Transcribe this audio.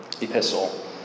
epistle